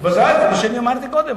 ודאי, זה מה שאמרתי קודם.